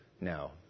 No